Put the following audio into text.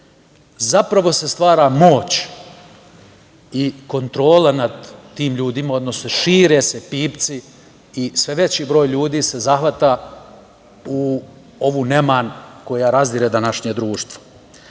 zapravo se stvara moć i kontrola nad tim ljudima, odnosno šire se pipci i sve veći broj ljudi se zahvata u ovu neman koja razdire današnje društvo.